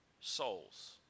souls